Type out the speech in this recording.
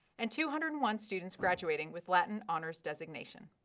and two hundred and one students graduating with latin honors designation.